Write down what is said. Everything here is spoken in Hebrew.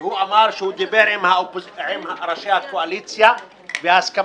הוא אמר שהוא דיבר עם ראשי הקואליציה וההסכמה